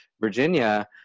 Virginia